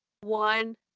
one